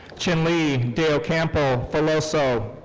chin lee de ocampo folloso.